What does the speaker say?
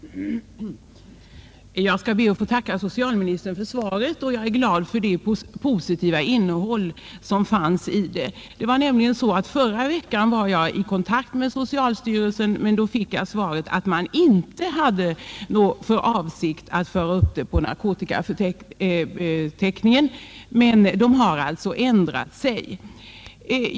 Herr talman! Jag skall be att få tacka socialministern för svaret; jag är glad över det positiva innehållet i det. Förra veckan var jag dock i kontakt med socialstyrelsen i denna sak och fick då beskedet att man inte hade för avsikt att föra upp DMT på narkotikaförteckningen. Man har alltså ändrat sig på den punkten.